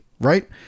right